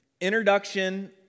Introduction